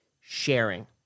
sharing